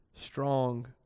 strong